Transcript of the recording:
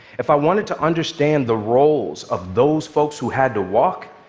if i wanted to understand the roles of those folks who had to walk,